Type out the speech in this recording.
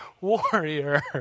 warrior